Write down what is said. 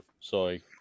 Sorry